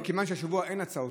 מכיוון שהשבוע אין הצעות